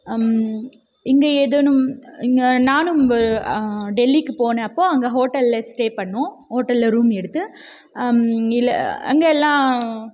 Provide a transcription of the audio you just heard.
இங்கே ஏதேனும் இங்கே நானும் வ டெல்லிக்கு போன அப்போ அங்கே ஹோட்டலில் ஸ்டே பண்ணோம் ஹோட்டலில் ரூம் எடுத்து இல்லை அங்கெல்லாம்